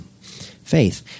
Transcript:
faith